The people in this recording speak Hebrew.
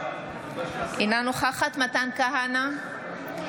אינה נוכחת מתן כהנא,